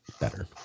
better